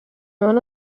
one